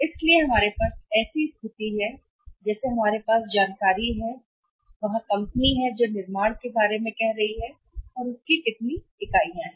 इसलिए हमारे पास ऐसी स्थिति है जैसे हमारे पास जानकारी है वहाँ कंपनी है जो निर्माण के बारे में कह रही है कि कितनी इकाइयाँ हैं